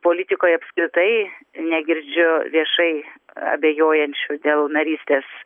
politikoje apskritai negirdžiu viešai abejojančių dėl narystės